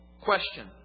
Question